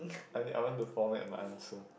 I mean I want to format my answer